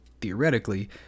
theoretically